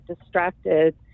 distracted